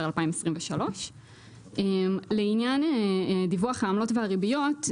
2023. לעניין דיווח העמלות והריביות,